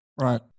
Right